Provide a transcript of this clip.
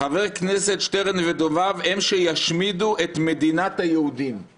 "חבר כנסת שטרן ודומיו הם שישמידו את מדינת היהודים";